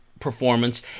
performance